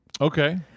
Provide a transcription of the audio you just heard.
Okay